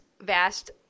vast